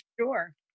Sure